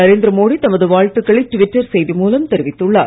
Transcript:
நரேந்திர மோடி தமது வாழ்த்துக்களை ட்விட்டர் செய்தி மூலம் தெரிவித்துள்ளார்